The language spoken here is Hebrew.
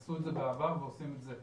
הם עשו את זה בעבר ועושים את זה עכשיו.